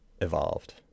evolved